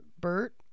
bert